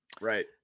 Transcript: right